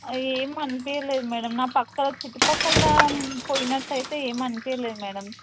ఏమి అనిపించలేదు మ్యాడమ్ నా పక్కల చుట్టుపక్కల పోయినట్టు అయితే ఏమి అనిపించలేదు మ్యాడమ్